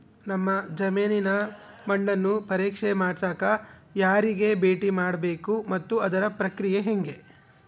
ನಮ್ಮ ಜಮೇನಿನ ಮಣ್ಣನ್ನು ಪರೇಕ್ಷೆ ಮಾಡ್ಸಕ ಯಾರಿಗೆ ಭೇಟಿ ಮಾಡಬೇಕು ಮತ್ತು ಅದರ ಪ್ರಕ್ರಿಯೆ ಹೆಂಗೆ?